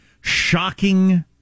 shocking